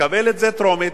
קבל את זה בטרומית,